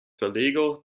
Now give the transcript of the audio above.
verleger